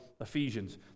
Ephesians